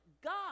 God